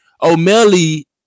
O'Melly